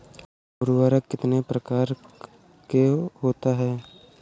उर्वरक कितनी प्रकार के होता हैं?